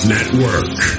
Network